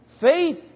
Faith